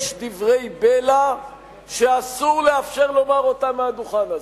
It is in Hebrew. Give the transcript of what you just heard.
יש דברי בלע שאסור לאפשר לומר אותם מעל לדוכן הזה.